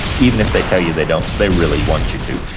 even if they tell you they don't. they really want you to.